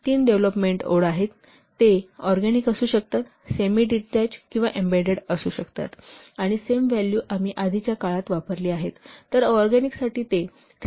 तीन development mode आहेत ते ऑरगॅनिक असू शकतात सेमी डिटॅच आणि एम्बेडेड असू शकतात आणि सेम व्हॅल्यू आम्ही आधीच्या काळात वापरली आहेत तर ऑरगॅनिकसाठी ते 3